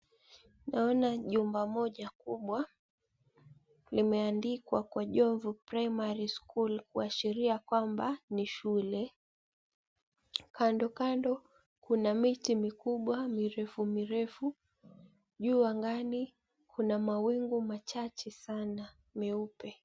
Naona jumba moja kubwa limeandikwa, Kwa Jomvu Primary School kuashiria kwamba ni shule. Kandokando kuna miti mikubwa mirefu mirefu. Juu angani kuna mawingu machache sana meupe.